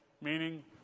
meaning